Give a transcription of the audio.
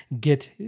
get